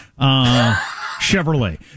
Chevrolet